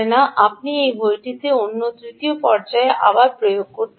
আপনি এই ঘড়িটি অন্য তৃতীয় পর্যায়ে আবার প্রয়োগ করতে পারেন